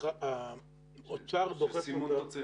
עסקתי